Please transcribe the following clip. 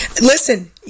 Listen